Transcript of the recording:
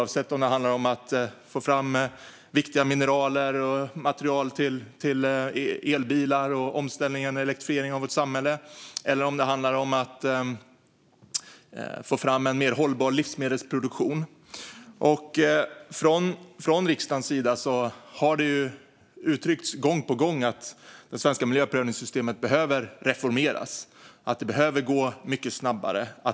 Det kan handla om att få fram viktiga mineraler och material till elbilar, om omställningen när det gäller elektrifiering av vårt samhälle eller om att få fram en mer hållbar livsmedelsproduktion. Från riksdagens sida har det uttryckts gång på gång att det svenska miljöprövningssystemet behöver reformeras. Det behöver gå mycket snabbare.